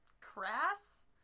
crass